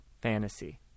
fantasy